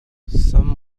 some